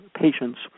patients